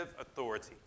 authority